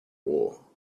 wool